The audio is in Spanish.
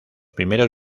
primeros